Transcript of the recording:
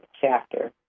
chapter